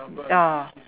uh ah